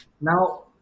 Now